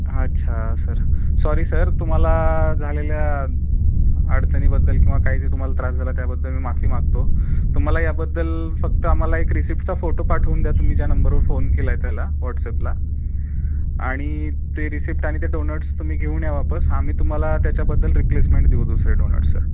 अच्छा sir sorry sir तुम्हाला झालेल्या अडचणीबद्दल किंवा काही जे तुम्हाला त्रास झाला त्याबद्दल मी माफी मागतो तुम्हाला याबद्दल फक्त आम्हाला एक रिसिप्टचा फोटो पाठवून द्या तुम्ही ज्या नंबरवर फोन केला आहे त्याला व्हॉट्सअपला आणि ते रिसिप्ट आणि ते डोनट्स तुम्ही घेऊन या वापस आम्ही तुम्हाला त्याच्याबदल रिप्लेसमेंट देऊ दुसरे डोनट सर